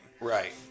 Right